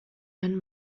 end